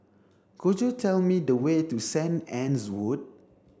could you tell me the way to St Anne's Wood